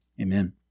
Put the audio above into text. Amen